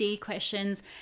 questions